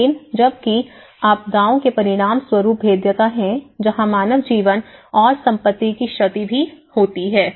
लेकिन जबकि आपदाओं के परिणामस्वरूप भेद्यता हैं जहां मानव जीवन और संपत्ति की क्षति भी होती है